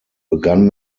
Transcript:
begann